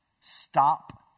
stop